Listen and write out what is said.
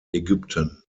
ägypten